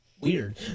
weird